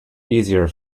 easier